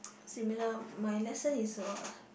similar my lesson is what ah